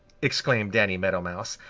exclaimed danny meadow mouse,